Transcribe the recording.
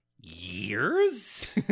years